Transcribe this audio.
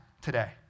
today